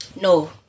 No